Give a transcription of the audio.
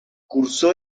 cursó